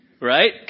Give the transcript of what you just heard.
Right